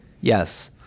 Yes